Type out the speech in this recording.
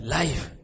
life